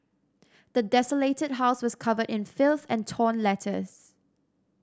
the desolated house was covered in filth and torn letters